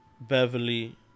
Beverly